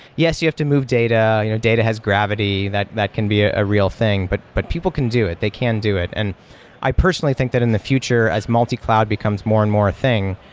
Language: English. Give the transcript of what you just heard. yes, you to move data. you know data has gravity. that that can be a real thing, but but people can do it. they can do it, and i personally think that in the future as multi-cloud becomes more and more a thing,